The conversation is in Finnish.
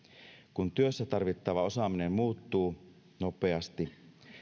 kun työssä tarvittava osaaminen muuttuu nopeasti